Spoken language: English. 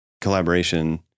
collaboration